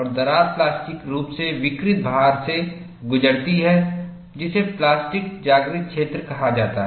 और दरार प्लास्टिक रूप से विकृत भाग से गुजरती है जिसे प्लास्टिक जागृत क्षेत्र कहा जाता है